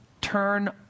Turn